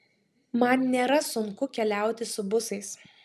man nėra sunku keliauti su busais